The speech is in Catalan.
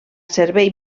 servei